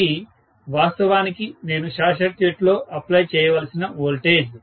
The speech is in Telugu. ఇది వాస్తవానికి నేను షార్ట్ సర్క్యూట్లో అప్లై చేయవలసిన వోల్టేజ్